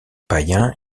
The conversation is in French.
païen